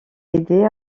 aider